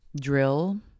Drill